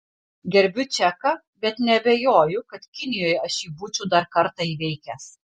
gerbiu čeką bet neabejoju kad kinijoje aš jį būčiau dar kartą įveikęs